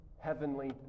heavenly